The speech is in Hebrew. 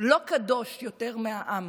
לא קדוש יותר מהעם,